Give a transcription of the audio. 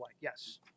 yes